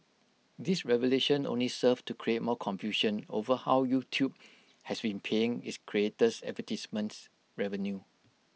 this revelation only served to create more confusion over how YouTube has been paying its creators advertisements revenue